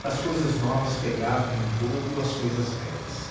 as cousas novas pagavam me em dobro as cousas velhas